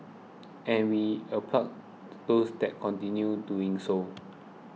and we applaud those that continue doing so